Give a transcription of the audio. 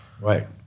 Right